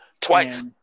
twice